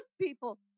people